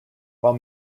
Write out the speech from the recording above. while